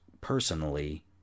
personally